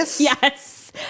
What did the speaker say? Yes